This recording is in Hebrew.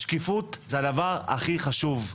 השקיפות זה הדבר הכי חשוב.